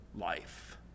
life